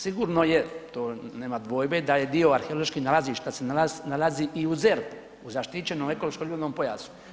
Sigurno je, to nema dvojbe da je dio arheoloških nalazišta se nalazi i u ZERP-u, u zaštićenom ekološkom ribolovnom pojasu.